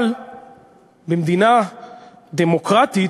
אבל במדינה דמוקרטית